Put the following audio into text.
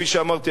כפי שאמרתי,